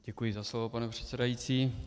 Děkuji za slovo, pane předsedající.